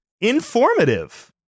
informative